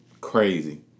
crazy